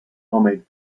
homemade